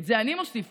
את זה אני מוסיפה,